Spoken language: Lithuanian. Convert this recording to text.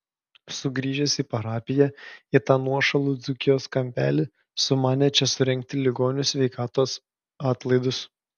sugrįžęs į parapiją į tą nuošalų dzūkijos kampelį sumanė čia surengti ligonių sveikatos atlaidus